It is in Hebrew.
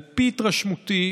על פי התרשמותי,